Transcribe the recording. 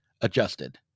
adjusted